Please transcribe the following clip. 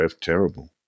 terrible